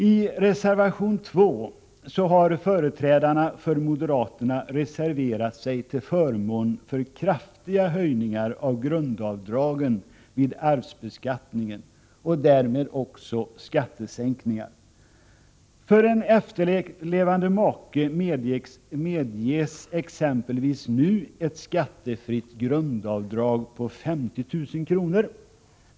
I reservation 2 har företrädarna för moderaterna reserverat sig till förmån för kraftiga höjningar av grundavdragen vid arvsbeskattningen och därmed också skattesänkningar. För en efterlevande make medges exempelvis nu ett skattefritt grundavdrag på 50 000 kr.